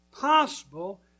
possible